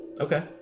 Okay